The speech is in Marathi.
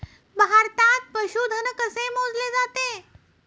भारतात पशुधन कसे मोजले जाते?